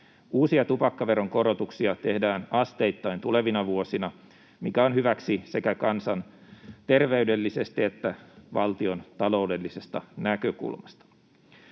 Uusia tupakkaveron korotuksia tehdään asteittain tulevina vuosina, mikä on hyväksi sekä kansanterveydellisesti että valtiontaloudellisesta näkökulmasta.